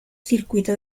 circuito